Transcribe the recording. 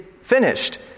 finished